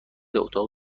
اتاق